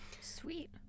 Sweet